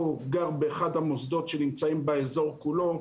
או גר באחד המוסדות שנמצאים באזור כולו.